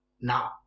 now